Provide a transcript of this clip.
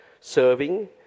serving